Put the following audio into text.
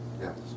Yes